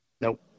Nope